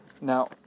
Now